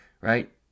right